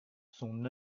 son